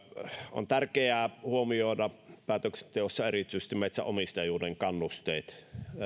on tärkeää huomioida päätöksenteossa erityisesti metsänomistajuuden kannusteet